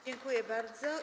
Dziękuję bardzo.